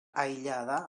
aïllada